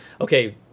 Okay